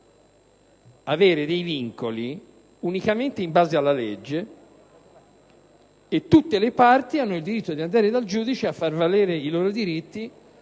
gli derivano unicamente dalla legge. Tutte le parti hanno il diritto di andare dal giudice a far valere i loro diritti,